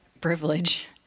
privilege